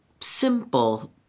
simple